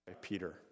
Peter